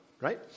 right